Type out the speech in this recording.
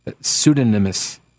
Pseudonymous